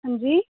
जी